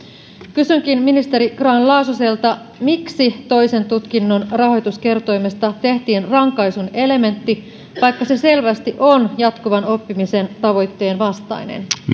kysynkin ministeri grahn laasoselta miksi toisen tutkinnon rahoituskertoimesta tehtiin rankaisun elementti vaikka se selvästi on jatkuvan oppimisen tavoitteen vastainen